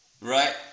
right